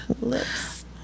Lips